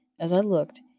as i looked,